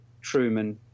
Truman